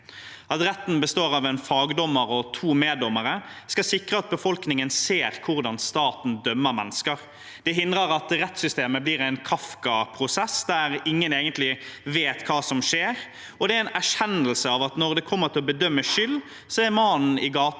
At retten består av en fagdommer og to meddommere, skal sikre at befolkningen ser hvordan staten dømmer mennesker. Det hindrer at rettssystemet blir en Kafka-prosess der ingen egentlig vet hva som skjer, og det er en erkjennelse av at når det gjelder å bedømme skyld, er mannen i gaten